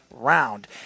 Round